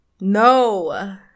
no